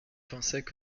pensaient